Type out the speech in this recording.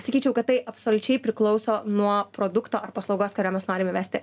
sakyčiau kad tai absoliučiai priklauso nuo produkto ar paslaugos kurią mes norim įvesti